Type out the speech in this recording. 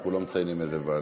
אנחנו לא מציינים איזו ועדה.